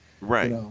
Right